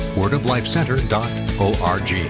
wordoflifecenter.org